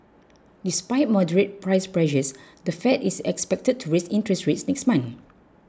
despite moderate price pressures the Fed is expected to raise interest rates next month